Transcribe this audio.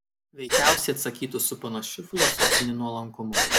veikiausiai atsakytų su panašiu filosofiniu nuolankumu